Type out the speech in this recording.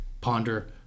Ponder